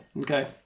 Okay